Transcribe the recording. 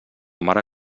mare